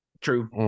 True